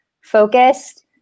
focused